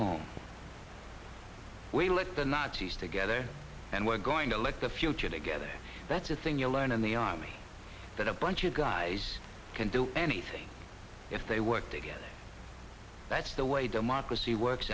home we left the nazis together and we're going to let the future together that's a thing you learn in the army that a bunch of guys can do anything if they work together that's the way democracy works